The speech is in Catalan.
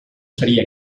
seria